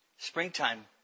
Springtime